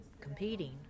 competing